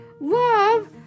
Love